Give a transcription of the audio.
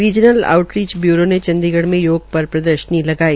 regional outreach bureau ने चंडीगढ़ में योग पर प्रदर्शनी लगाई